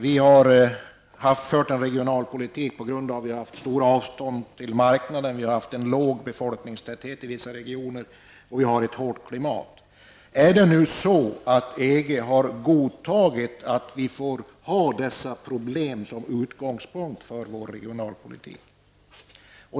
Vi har fört en regionalpolitik på grund av att vi har haft stora avstånd till marknaden, att vi har en låg befolkningstäthet i vissa regioner och att vi har ett hårt klimat. Har EG godtagit att vi får ha dessa problem som utgångspunkt för vår regionalpolitik?